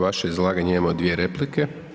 Na vaše izlaganje imamo dvije replike.